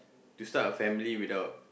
to start a family without